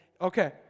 Okay